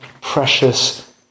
precious